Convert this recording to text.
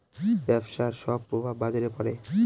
ব্যবসার সব প্রভাব বাজারে পড়ে